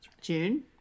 June